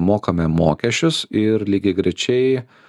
mokame mokesčius ir lygiagrečiai